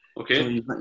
Okay